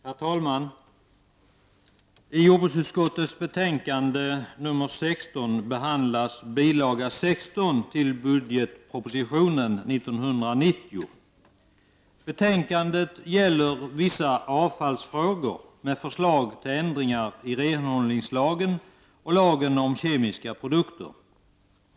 Herr talman! I jordbruksutskottets betänkande nr 16 behandlas bilaga 16 till budgetpropositionen 1990. Betänkandet gäller vissa avfallsfrågor med förslag till ändringar i renhållningslagen och lagen om kemiska produkter.